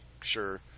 sure